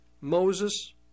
Moses